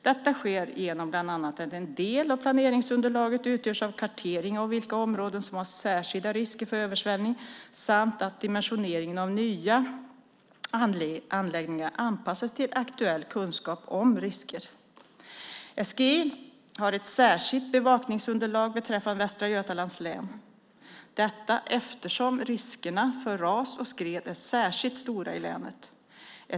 Detta sker bland annat genom att en del av planeringsunderlaget utgörs av karteringar av vilka områden som har särskilda risker för översvämning samt att dimensioneringen av nya anläggningar anpassas till aktuell kunskap om risker. SGI har ett särskilt bevakningsuppdrag beträffande Västra Götalands län. Detta eftersom riskerna för ras och skred är särskilt stora i länet.